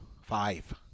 Five